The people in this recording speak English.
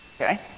Okay